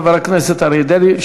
חבר הכנסת אריה דרעי,